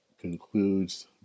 concludes